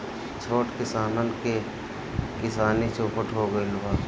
छोट किसानन क किसानी चौपट हो गइल बा